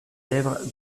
lèvre